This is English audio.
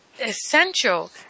essential